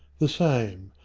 the same.